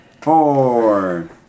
Four